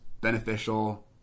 beneficial